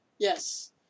Yes